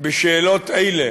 בשאלות אלה